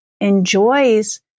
enjoys